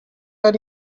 are